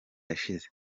yashize